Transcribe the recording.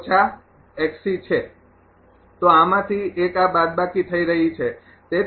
તો આ આમાંથી એક આ બાદબાકી થઈ રહી છે